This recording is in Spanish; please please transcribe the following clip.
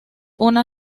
una